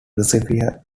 reservoir